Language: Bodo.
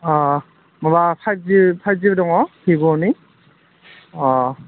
अ माबा फाइभ जि फाइभ जि दङ भिभ'नि अ